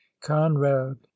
conrad